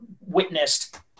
witnessed